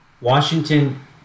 Washington